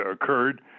occurred